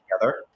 together